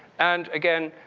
and again,